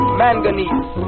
manganese